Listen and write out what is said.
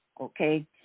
okay